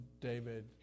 David